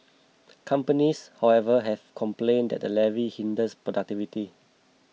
companies however have complained that the levy hinders productivity